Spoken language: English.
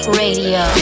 radio